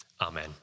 Amen